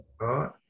Right